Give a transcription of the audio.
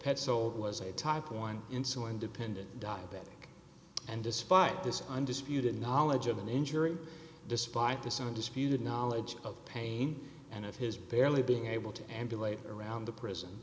petzold was a type one insulin dependent diabetic and despite this undisputed knowledge of an injury despite this undisputed knowledge of pain and of his barely being able to emulate around the prison